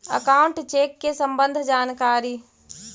Account check के सम्बन्ध जानकारी?